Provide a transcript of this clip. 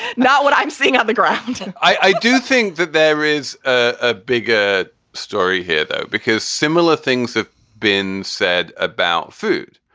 not what i'm seeing on the ground i do think that there is a bigger story here, though, because similar things have been said about food.